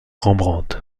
rembrandt